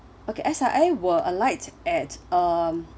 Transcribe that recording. okay S_I_A will alight at um